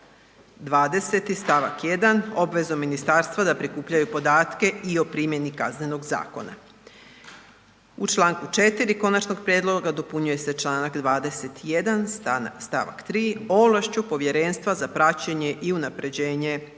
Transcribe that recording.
20. st. 1. obvezom ministarstva da prikupljaju podatke i o primjeni Kaznenog zakona. U čl. 4. konačnog prijedloga dopunjuje se čl. 21. st. 3. ovlašću Povjerenstva za praćenje i unapređenje